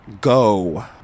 go